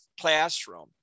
classroom